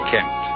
Kent